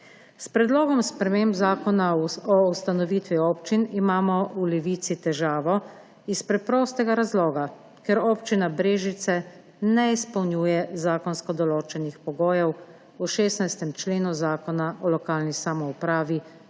S predlogom sprememb zakona o ustanovitvi občin imamo v Levici težavo iz preprostega razloga – ker Občina Brežice ne izpolnjuje zakonsko določenih pogojev v 16. členu Zakona o lokalni samoupravi